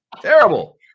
terrible